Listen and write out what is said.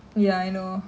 ya